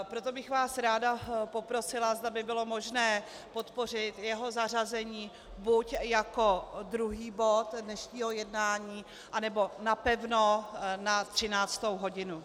Proto bych vás ráda poprosila, zda by bylo možné podpořit jeho zařazení buď jako druhý bod dnešního jednání, anebo napevno na 13. hodinu.